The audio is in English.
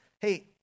hey